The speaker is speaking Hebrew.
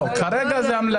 כרגע זאת המלצה.